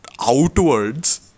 outwards